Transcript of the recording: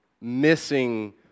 missing